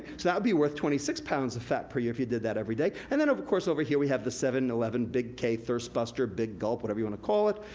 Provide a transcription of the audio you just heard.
that would be worth twenty six pounds of fat per year if you did that every day. and then, of course, over here, we have the seven eleven big k, thirst buster, big gulp, whatever you wanna call it,